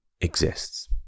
exists